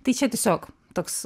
tai čia tiesiog toks